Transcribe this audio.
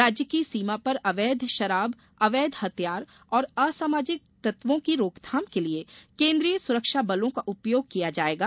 राज्य की सीमा पर अवैध शराब अवैध हथियार और असामाजिक तत्वों की रोकथाम के लिये केन्द्रीय सुरक्षा बलों का उपयोग किया जाएगा